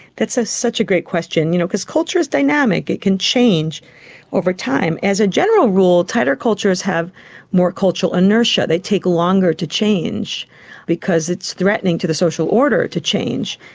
that's ah such a great question you know because culture is dynamic, dynamic, it can change over time. as a general rule, tighter cultures have more cultural inertia, they take longer to change because it's threatening to the social order to change.